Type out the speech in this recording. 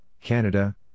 Canada